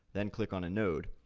then click on a node,